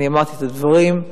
אני אמרתי את הדברים,